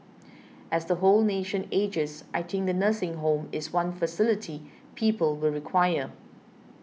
as the whole nation ages I think the nursing home is one facility people will require